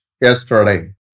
yesterday